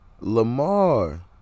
Lamar